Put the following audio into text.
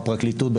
הפרקליטות,